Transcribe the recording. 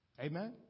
Amen